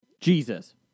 Jesus